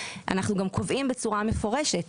אנחנו גם קובעים בצורה מפורשת,